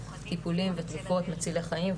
טיפולים ותרופות מצילי חיים,